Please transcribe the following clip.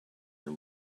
and